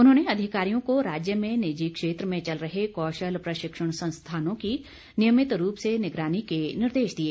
उन्होंने अधिकारियों को राज्य में निजी क्षेत्र में चल रहे कौशल प्रशिक्षण संस्थानों की नियमित रूप से निगरानी के निर्देश दिए